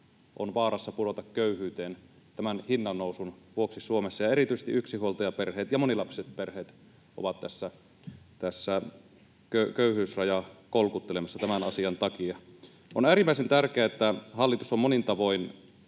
on vaarassa pudota köyhyyteen tämän hinnannousun vuoksi Suomessa, ja erityisesti yksinhuoltajaperheet ja monilapsiset perheet ovat köyhyysrajaa kolkuttelemassa tämän asian takia. On äärimmäisen tärkeää, että hallitus on monin tavoin